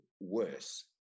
worse